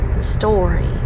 story